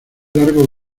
largo